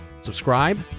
subscribe